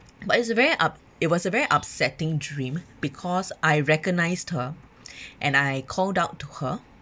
but it's very up~ it was a very upsetting dream because I recognised her and I called out to her